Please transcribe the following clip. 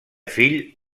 fill